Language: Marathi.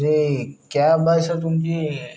जे कॅब आहे सर तुमची